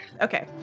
okay